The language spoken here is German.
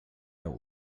der